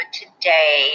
today